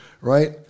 right